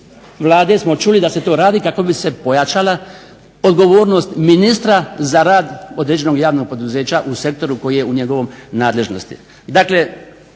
Vlade smo čuli da se to radi kako bi se pojačala odgovornost ministra za rad određenog javnog poduzeća u sektoru koji je u njegovoj nadležnosti. Dakle,